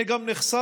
אני גם נחשפתי,